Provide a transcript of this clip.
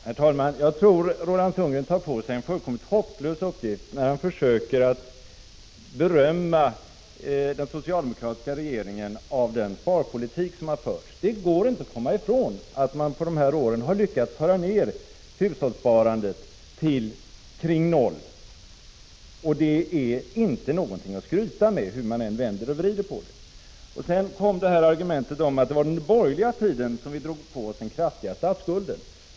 Herr talman! Jag tror att Roland Sundgren tar på sig en fullständigt hopplös uppgift när han försöker berömma den socialdemokratiska regeringen för den sparpolitik som har förts. Det går inte att komma ifrån att man på de här åren har lyckats föra ner hushållssparandet till omkring 0 procent. Det är inte något att skryta med. Sedan kom argumentet att det var under den borgerliga tiden som vi drog på oss den kraftiga statsskulden.